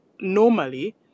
normally